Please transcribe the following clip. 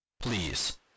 Please